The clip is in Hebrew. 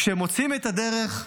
כשמוצאים את הדרך,